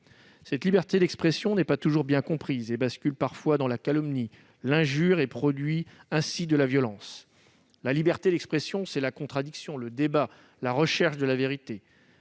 Cette liberté d'expression n'est pas toujours bien comprise et bascule parfois dans la calomnie, l'injure, et produit ainsi de la violence. La liberté d'expression, c'est la contradiction, le débat, la recherche de la vérité.